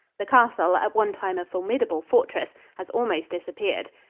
the castle, at one time a formidable fortress, has almost disappeared.